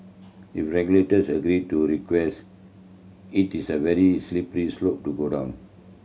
if regulators agree to request it is a very slippery slope to go down